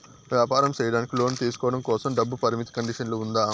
వ్యాపారం సేయడానికి లోను తీసుకోవడం కోసం, డబ్బు పరిమితి కండిషన్లు ఉందా?